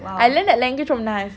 I learnt that language from naz